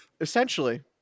essentially